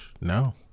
no